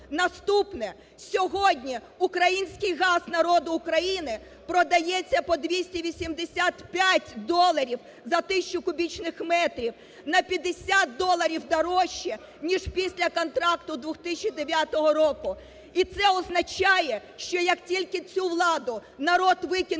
Наступне. Сьогодні український газ народу України продається по 285 доларів за тисячу кубічних метрів. На 50 доларів дорожче ніж після контракту 2009 року. І це означає, що як тільки цю владу народ викине